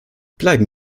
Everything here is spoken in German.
bleiben